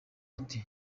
ati